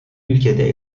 ülkede